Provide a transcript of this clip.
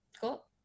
Cool